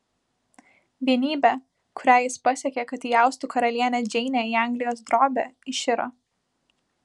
vienybė kurią jis pasiekė kad įaustų karalienę džeinę į anglijos drobę iširo